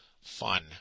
Fun